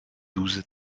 douze